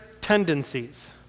tendencies